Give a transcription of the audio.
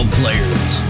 players